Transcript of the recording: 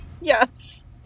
Yes